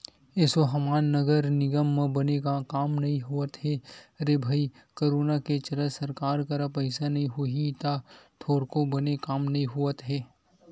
एसो हमर नगर निगम म बने काम नइ होवत हे रे भई करोनो के चलत सरकार करा पइसा नइ होही का थोरको बने काम नइ होवत हे